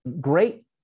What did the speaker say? great